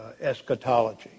eschatology